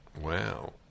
Wow